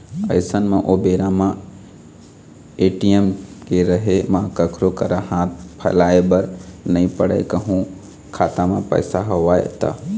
अइसन म ओ बेरा म ए.टी.एम के रहें म कखरो करा हाथ फइलाय बर नइ पड़य कहूँ खाता म पइसा हवय त